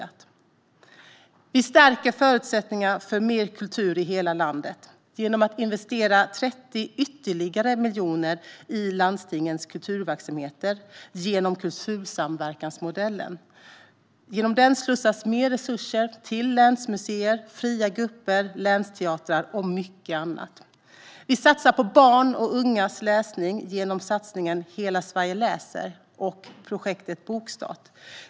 Vi stärker förutsättningarna för mer kultur i hela landet genom att investera ytterligare 30 miljoner i landstingens kulturverksamheter i och med kultursamverkansmodellen. Genom den slussas mer resurser till länsmuseer, fria grupper, länsteatrar och mycket annat. Vi satsar på barns och ungas läsning genom satsningen Hela Sverige läser och projektet Bokstart.